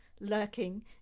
lurking